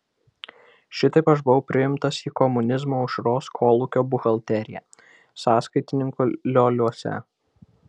šitaip aš buvau priimtas į komunizmo aušros kolūkio buhalteriją sąskaitininku lioliuose